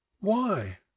Why